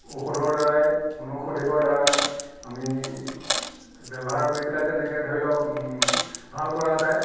ঔষধৰ দ্বাৰাই বনৌষধিকৰ দ্বাৰাই আমি ব্যৱহাৰ কৰি পেলাই তেনেকৈ ধৰি লওক ভাল কৰা যায়